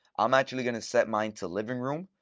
i'm actually going to set mine to living room.